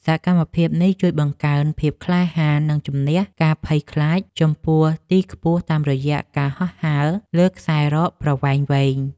សកម្មភាពនេះជួយបង្កើនភាពក្លាហាន និងជម្នះការភ័យខ្លាចចំពោះទីខ្ពស់តាមរយៈការហោះហើរលើខ្សែរ៉កប្រវែងវែង។